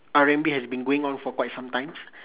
R and B has been going on for quite some times